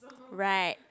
right